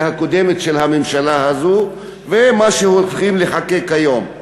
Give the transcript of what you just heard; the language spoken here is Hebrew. הקודמת של הממשלה הזאת ומה שהולכים לחוקק היום.